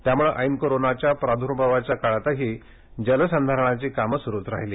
त्यामुळं ऐन कोरोना प्राद्भावाच्या काळातही जलसंधारणाची कामं सुरुच राहिली